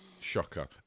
Shocker